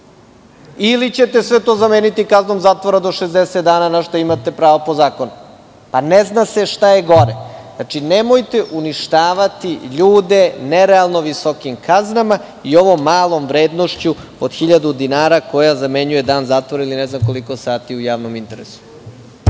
Ili ćete sve to zameniti kaznom zatvora do 60 dana, na šta imate pravo po zakonu. Ne zna se šta je gore. Znači, nemojte uništavati ljude nerealno visokim kaznama i ovom malom vrednošću od 1.000 dinara, koja zamenjuje dan zatvora ili ne znam koliko sati u javnom interesu.